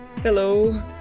Hello